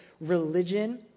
religion